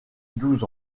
douze